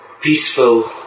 peaceful